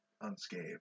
unscathed